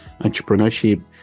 entrepreneurship